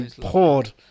poured